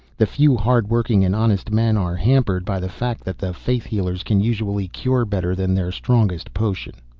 the few hard-working and honest men are hampered by the fact that the faith healers can usually cure better than their strongest potion.